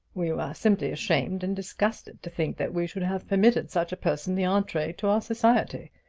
we were simply ashamed and disgusted to think that we should have permitted such a person the entree to our society.